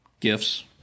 gifts